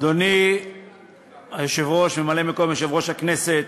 אדוני היושב-ראש, ממלא-מקום יושב-ראש הכנסת,